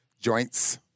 joints